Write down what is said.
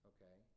Okay